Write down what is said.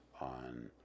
on